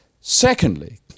Secondly